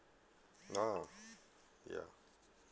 ah ya